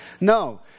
No